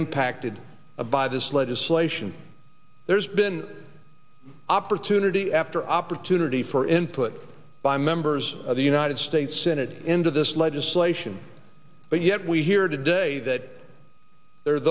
impacted by this legislation there's been opportunity after opportunity for input by members of the united states senate into this legislation but yet we hear today that the